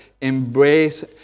embrace